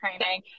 training